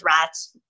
rats